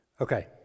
Okay